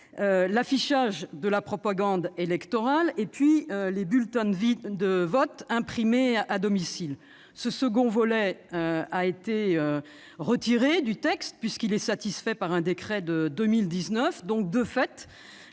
l'affichage de la propagande électorale et les bulletins de vote imprimés à domicile. Le second volet a été retiré du texte, puisqu'il est satisfait par un décret de 2019. Le texte,